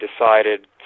decided